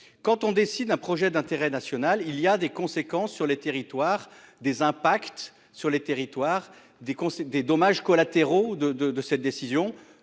quand on décide un projet d'intérêt national, il y a des conséquences sur les territoires des impacts sur les territoires des conseils des dommages collatéraux de de de cette décision